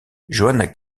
johanna